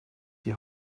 die